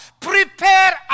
Prepare